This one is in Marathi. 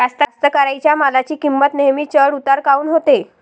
कास्तकाराइच्या मालाची किंमत नेहमी चढ उतार काऊन होते?